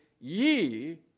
Ye